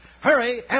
Hurry